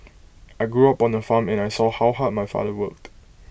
I grew up on A farm and I saw how hard my father worked